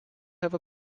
have